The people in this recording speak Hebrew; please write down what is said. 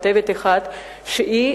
הכתבה הציגה